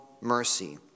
mercy